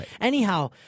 Anyhow